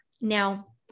Now